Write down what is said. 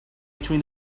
between